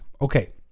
Okay